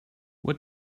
what